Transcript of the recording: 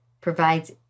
provides